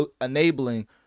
enabling